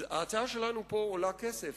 ההצעה שלנו פה עולה כסף,